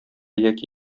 яки